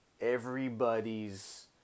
everybody's